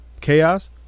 chaos